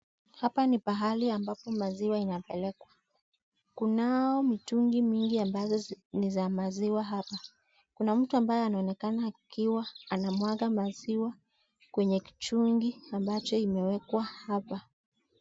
Hapa ni pahali ambapo maziwa inapelekwa kunao mitungi mingi ambazo ni za maziwa hapa, kuna mtu ambaye anaonekana akiwa anamwaga maziwa kwenye kichungi ambacho imewekwa hapa.